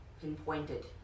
pinpointed